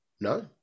No